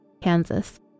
kansas